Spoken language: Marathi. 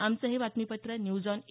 आमचं हे बातमीपत्र न्यूज ऑन ए